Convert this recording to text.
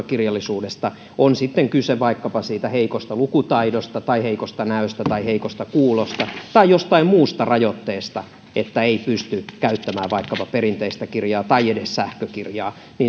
kirjallisuudesta on sitten kyse vaikkapa siitä heikosta lukutaidosta tai heikosta näöstä tai heikosta kuulosta tai jostain muusta rajoitteesta niin ettei pysty käyttämään vaikkapa perinteistä kirjaa tai edes sähkökirjaa